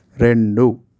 రెండు